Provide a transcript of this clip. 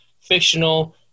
fictional